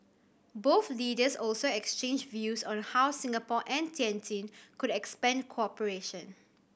both leaders also exchanged views on how Singapore and Tianjin could expand cooperation